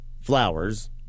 flowers